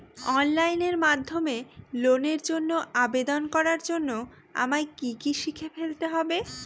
Online মাধ্যমে লোনের জন্য আবেদন করার জন্য আমায় কি কি শিখে ফেলতে হবে?